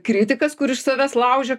kritikas kur iš savęs laužia